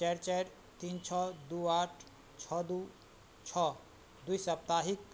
चारि चारि तीन छओ दुइ आठ छओ दुइ छओ दुइ सप्ताहिक